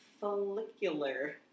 follicular